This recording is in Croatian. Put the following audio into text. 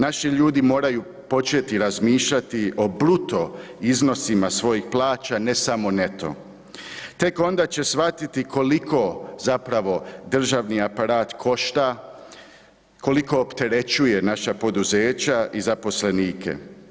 Naši ljudi moraju početi razmišljati o bruto iznosima svojih plaća, a ne samo neto, teko onda će shvatiti koliko zapravo državni aparat košta, koliko opterećuje naša poduzeća i zaposlenike.